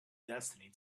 destiny